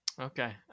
Okay